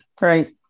Right